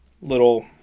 little